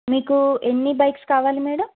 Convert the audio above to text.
మీకు ఎన్ని బైక్స్ కావాలి మేడం